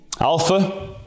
Alpha